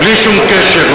בלי שום קשר,